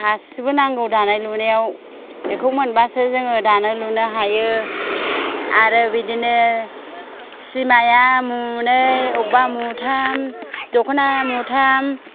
गासिबो नांगौ दानाय लुनायाव बेखौ मोनबासो जोङो दानो लुनो हायो आरो बिदिनो सिमाया मुनै अबेबा मुथाम दखनाया मुथाम